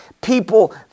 people